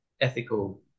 ethical